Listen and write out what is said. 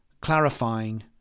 clarifying